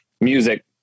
music